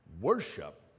worship